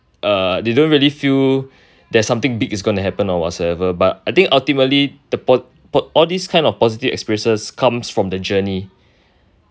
uh they don't really feel that something big is going to happen or whatsoever but I think ultimately the po~ po~ all these kind of positive experiences comes from the journey